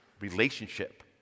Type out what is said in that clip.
relationship